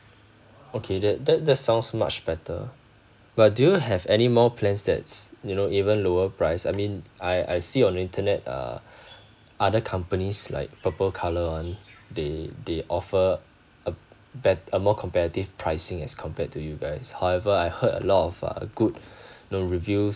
okay that that that sounds much better but do you have any more plans that's you know even lower price I mean I I see on internet uh other companies like purple colour one they they offer a better a more competitive pricing as compared to you guys however I heard a lot of uh good you know reviews